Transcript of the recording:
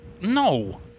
No